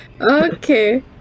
Okay